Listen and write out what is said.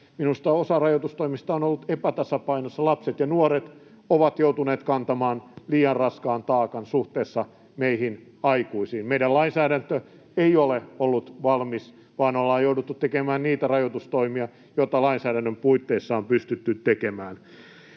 minusta osa rajoitustoimista on ollut epätasapainossa. Lapset ja nuoret ovat joutuneet kantamaan liian raskaan taakan suhteessa meihin aikuisiin. Meidän lainsäädäntömme ei ole ollut valmis, vaan ollaan jouduttu tekemään niitä rajoitustoimia, joita lainsäädännön puitteissa on pystytty tekemään.